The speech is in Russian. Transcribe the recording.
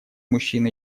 мужчин